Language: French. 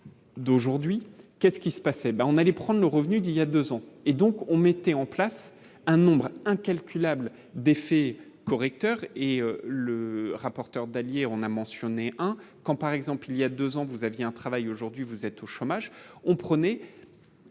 d'aujourd'hui, qu'est ce qui se passait bien, on allait prendre le revenu d'il y a 2 ans, et donc on mettait en place un nombre incalculable d'effets correcteurs et le rapporteur d'allier on a mentionné un quand par exemple il y a 2 ans, vous aviez un travail aujourd'hui, vous êtes au chômage, on prenait